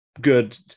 good